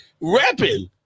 rapping